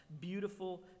beautiful